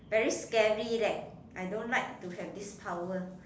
very scary leh I don't like to have this power